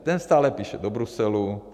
Ten stále píše do Bruselu.